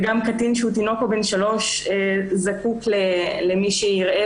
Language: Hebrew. וגם קטין שהוא תינוק או בן שלוש זקוק למי שיראה